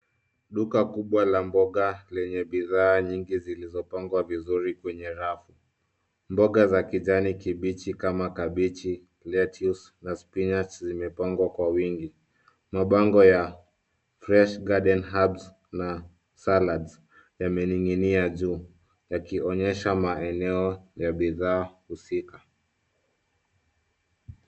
Duka kubwa la mboga lenye bidhaa nyingi zilizopangwa vizuri kwenye rafu. Mboga za kijani kibichi kama kabichi, lettuce na spinach zimepangwa kwa wingi. Mabango ya fresh garden herbs na salads yamening'inia juu yakionyesha maeneo ya bidhaa husika.